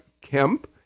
Kemp